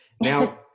Now